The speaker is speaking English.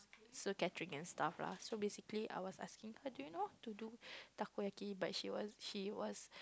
so and stuff lah so basically I was asking her do you know how to do Takoyaki but she was she was